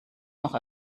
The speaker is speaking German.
noch